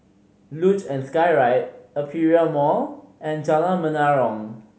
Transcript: Luge and Skyride Aperia Mall and Jalan Menarong